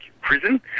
prison